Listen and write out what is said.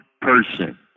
person